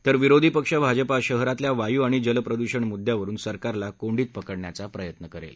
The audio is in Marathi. तर विरोधी पक्ष भाजपा शहरातल्या वायू आणि जल प्रदूषण मुद्द्यावरून सरकारला कोंडीत पकडण्याचा प्रयत्न करेल